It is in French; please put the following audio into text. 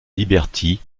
liberty